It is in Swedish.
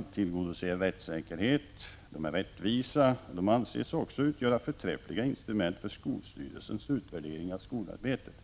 De tillgodoser rättssäkerheten. De är rättvisa. De anses också utgöra förträffliga instrument för skolstyrelsens utvärdering av skolarbetet.